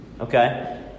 Okay